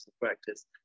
practice